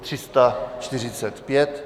345.